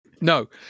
No